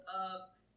up